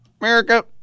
America